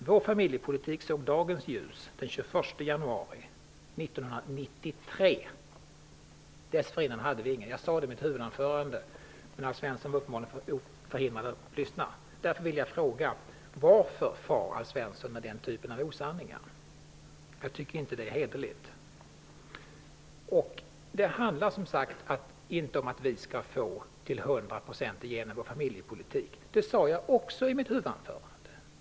Vår familjepolitik såg dagens ljus den 21 januari 1993. Dessförinnan hade vi ingen. Jag sade det i mitt huvudanförande, men Alf Svensson var uppenbarligen förhindrad att lyssna. Därför vill jag fråga: Varför far Alf Svensson med den här typen av osanningar? Jag tycker inte att det är hederligt. Det handlar, som sagt, inte om att vi till hundra procent skall få igenom vår familjepolitik. Det sade jag också i mitt huvudanförande.